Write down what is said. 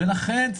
לכן,